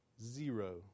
zero